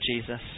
Jesus